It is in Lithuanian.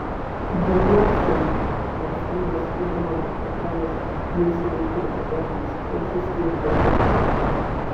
velniop šaltį nors kūnas žinoma pamėlęs jau seniai tirta dantys ir sustingę pirštai